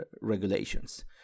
regulations